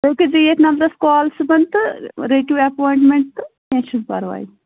تُہۍ کٔرۍزیٚو ییٚتھۍ نَمبرس کال صُبحن تہٕ رٔٹِو ایپواینٹمینٹ تہٕ کیٚنٛہہ چھُنہٕ پرواے